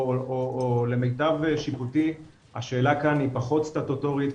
או למיטב שיקולי השאלה כאן היא פחות סטטוטורית,